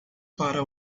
para